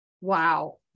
Wow